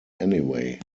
anyway